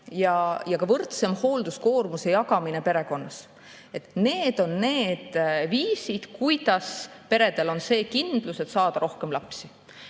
ja ka võrdsem hoolduskoormuse jagamine perekonnas. Need on need viisid, kuidas peredel on kindlus, et saada rohkem lapsi.